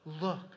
Look